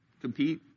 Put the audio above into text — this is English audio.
compete